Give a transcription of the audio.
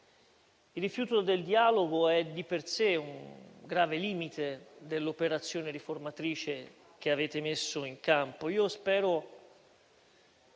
Il rifiuto del dialogo è di per sé un grave limite dell'operazione riformatrice che avete messo in campo. Io spero